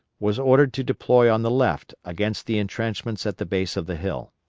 was ordered to deploy on the left against the intrenchments at the base of the hill.